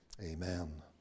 amen